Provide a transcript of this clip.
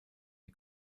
die